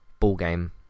ballgame